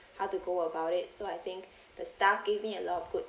how to go about it so I think the staff gave me a lot of good